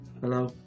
Hello